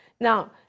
Now